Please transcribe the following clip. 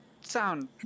sound